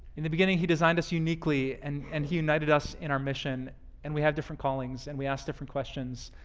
in the beginning, he designed us uniquely and and he united us in our mission and we have different callings and we ask different questions.